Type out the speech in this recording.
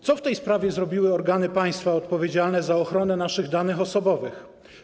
Co w tej sprawie zrobiły organy państwa odpowiedzialne za ochronę naszych danych osobowych?